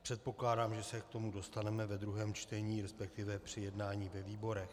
Předpokládám, že se k tomu dostaneme ve druhém čtení, respektive při jednání ve výborech.